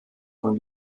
von